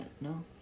no